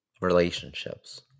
relationships